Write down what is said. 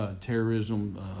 Terrorism